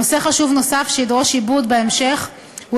נושא חשוב נוסף שידרוש עיבוד בהמשך הוא